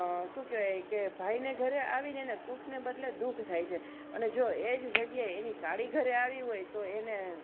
શું કહેવાય કે ભાઈને ઘરે આવીને એને સુખને બદલે દુખ થાય છે અને જો એ જ જગ્યાએ એની સાડી ઘરે આવી હોય તો એને